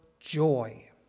Joy